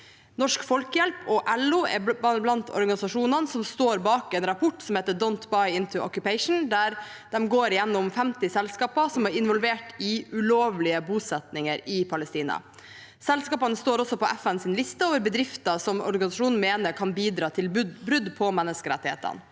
Norsk Folkehjelp og LO er blant organisasjonene som står bak en rapport som heter Don’t Buy Into Occupation, der de går gjennom 50 selskaper som er involvert i ulovlige bosettinger i Palestina. Selskapene står også på FNs liste over bedrifter som organisasjonen mener kan bidra til brudd på menneskerettighetene.